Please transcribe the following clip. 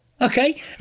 okay